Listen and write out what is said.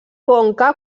conca